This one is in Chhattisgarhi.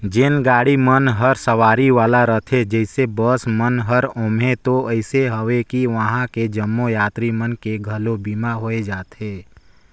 जेन गाड़ी मन हर सवारी वाला रथे जइसे बस मन हर ओम्हें तो अइसे अवे कि वंहा के जम्मो यातरी मन के घलो बीमा होय जाथे